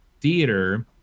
theater